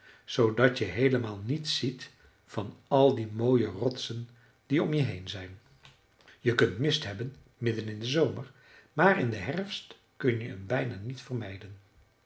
zoodat je heelemaal niets ziet van al die mooie rotsen die om je heen zijn je kunt mist hebben midden in den zomer maar in den herfst kun je hem bijna niet vermijden